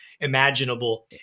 imaginable